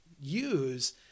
use